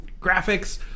graphics